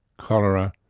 cholera,